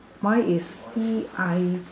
mine is C I